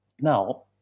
Now